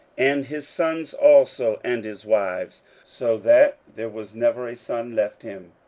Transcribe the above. and his sons also, and his wives so that there was never a son left him,